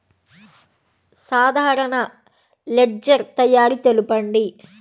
సాధారణ లెడ్జెర్ తయారి తెలుపండి?